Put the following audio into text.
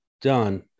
done